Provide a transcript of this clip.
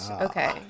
okay